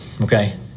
okay